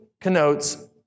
connotes